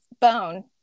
Bone